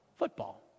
football